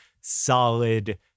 solid